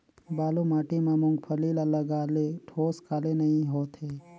बालू माटी मा मुंगफली ला लगाले ठोस काले नइ होथे?